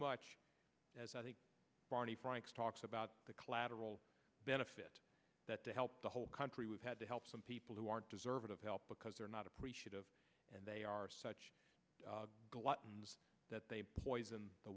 much as i think barney frank's talks about the collateral benefit that to help the whole country we've had to help some people who aren't deserving of help because they're not appreciative and they are such gluttons that they poison the